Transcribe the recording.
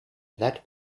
that